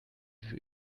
für